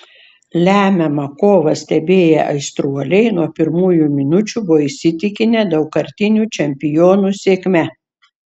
lemiamą kovą stebėję aistruoliai nuo pirmųjų minučių buvo įsitikinę daugkartinių čempionų sėkme